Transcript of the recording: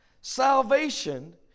Salvation